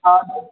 हा